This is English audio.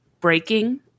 Breaking